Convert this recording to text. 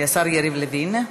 השר יריב לוין.